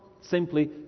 simply